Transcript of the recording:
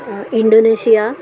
Indonesia